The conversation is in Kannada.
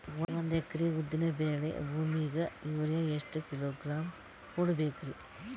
ಒಂದ್ ಎಕರಿ ಉದ್ದಿನ ಬೇಳಿ ಭೂಮಿಗ ಯೋರಿಯ ಎಷ್ಟ ಕಿಲೋಗ್ರಾಂ ಹೊಡೀಬೇಕ್ರಿ?